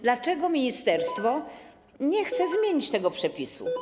Dlaczego ministerstwo nie chce zmienić tego przepisu?